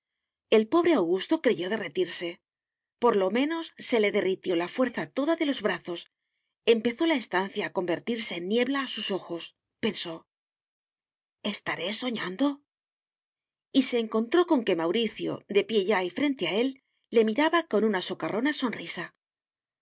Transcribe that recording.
el pobre augusto creyó derretirse por lo menos se le derritió la fuerza toda de los brazos empezó la estancia a convertirse en niebla a sus ojos pensó estaré soñando y se encontró con que mauricio de pie ya y frente a él le miraba con una socarrona sonrisa oh